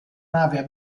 nave